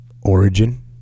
Origin